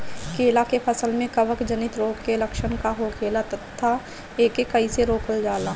केला के फसल में कवक जनित रोग के लक्षण का होखेला तथा एके कइसे रोकल जाला?